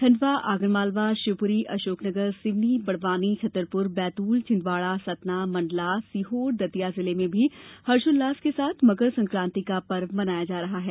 खंडवा आगरमालवा शिवपुरी अशोकनगर सिवनी बड़वानी छतरपुर बैतूल छिंदवाड़ा सतना मंडला सीहोर दतिया जिले में भी हर्षोलास के साथ मकर संक्रांति का पर्व मनाया जा रहा है